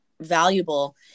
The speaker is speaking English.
valuable